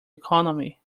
economy